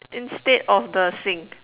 instead of the sink